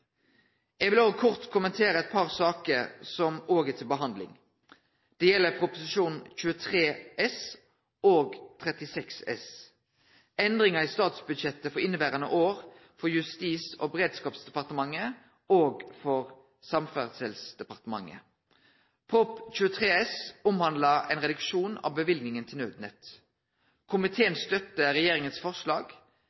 Eg vil kort kommentere eit par saker som òg er til behandling. Det gjeld Prop. 23 S for 2012–2013 og Prop. 36 S for 2012–2013 om endringar i statsbudsjettet for inneverande år for høvesvis Justis- og beredskapsdepartementet og for Samferdselsdepartementet. Prop. 23 S omhandlar ein reduksjon av løyvinga til Naudnett. Komiteen